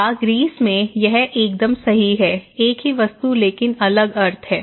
या ग्रीस में यह एकदम सही है एक ही वस्तु लेकिन अलग अर्थ है